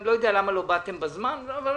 אני לא יודע למה לא באתם בזמן אבל בסדר.